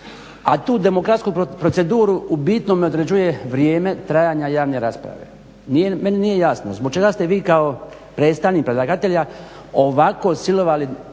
a tu demokratsku proceduru u bitnome određuje vrijeme trajanja javne rasprave. Meni nije jasno zbog čega ste vi kao predstavnik predlagatelja ovako silovali